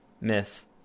myth